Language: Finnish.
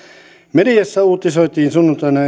mediassa uutisoitiin sunnuntaina